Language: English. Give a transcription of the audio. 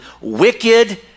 wicked